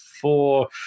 four